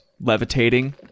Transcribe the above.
levitating